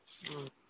ꯎꯝ